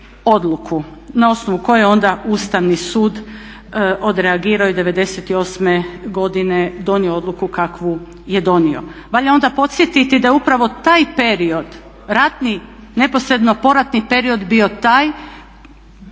na osnovu koje je onda Ustavni sud odreagirao i 1998.godine donio odluku kakvu je donio. Valja onda podsjetiti da upravo taj period ratni, neposredno poratni period bio taj